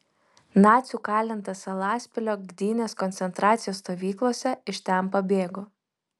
nacių kalintas salaspilio gdynės koncentracijos stovyklose iš ten pabėgo